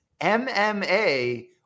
MMA